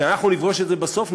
כשאנחנו נפגוש את זה בסוף,